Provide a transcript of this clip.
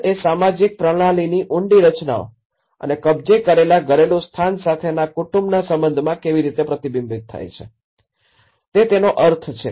ઘર એ સામાજિક પ્રણાલીની ઊંડી રચનાઓ અને કબજે કરેલા ઘરેલુ સ્થાન સાથેના કુટુંબના સંબંધમાં કેવી રીતે પ્રતિબિંબિત થાય છે તે તેનો અર્થ છે